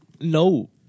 No